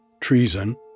treason